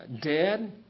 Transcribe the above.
dead